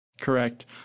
Correct